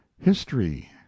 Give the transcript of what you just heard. history